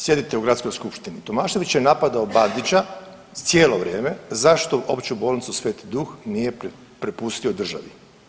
Sjedite u Gradskoj skupštini Tomašević je napadao Bandića cijelo vrijeme zašto opću bolnicu „Sveti Duh“ nije prepustio državi.